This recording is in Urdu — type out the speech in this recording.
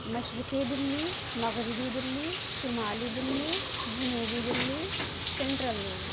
مشرقی دلی مغربی دلی شمالی دلی جنوبی دلی سنٹرل دہلی